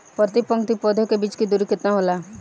प्रति पंक्ति पौधे के बीच की दूरी केतना होला?